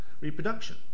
reproduction